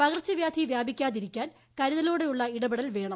പകർച്ചവൃാധി വൃാപിക്കാതിരിക്കാൻ കരുതലോടെയുള്ള ഇടപെടൽ വേണം